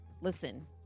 listen